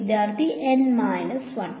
വിദ്യാർത്ഥി N 1